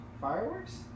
Fireworks